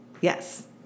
Yes